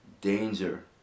danger